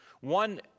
One